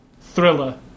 thriller